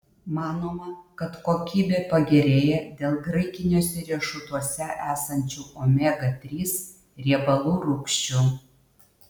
manoma kad kokybė pagerėja dėl graikiniuose riešutuose esančių omega trys riebalų rūgščių